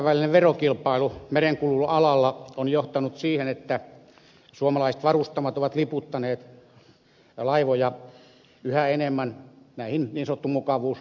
kansainvälinen verokilpailu merenkulun alalla on johtanut siihen että suomalaiset varustamot ovat liputtaneet laivoja yhä enemmän näihin niin sanottuihin mukavuuslippumaihin